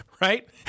Right